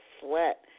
sweat